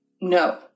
no